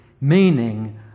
meaning